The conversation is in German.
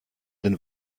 den